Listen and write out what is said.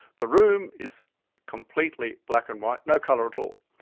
the room is completely black and white, no colour at all.